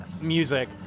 music